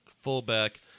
fullback